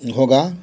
होगा